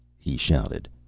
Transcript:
he shouted.